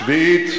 שביעית,